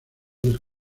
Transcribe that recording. del